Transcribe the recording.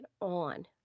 on